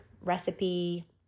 recipe